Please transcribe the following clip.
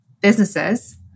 businesses